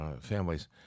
families